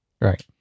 right